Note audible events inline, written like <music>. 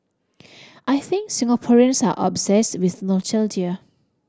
<noise> I think Singaporeans are obsessed with nostalgia